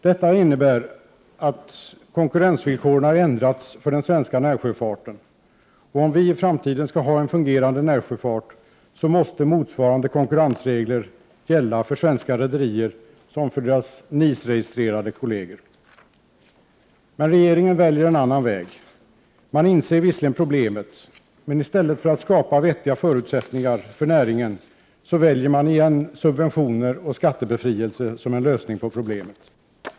Detta innebär att konkurrensvillkoren har ändrats för den svenska närsjöfarten, och om vi i framtiden skall ha en fungerande närsjöfart måste motsvarande konkurrensregler gälla för svenska rederier som för deras NIS-registrerade kolleger. Regeringen väljer en annan väg. Man inser visserligen problemet, men i stället för att skapa vettiga förutsättningar för näringen väljer man återigen subventioner och skattebefrielse som en lösning på problemet.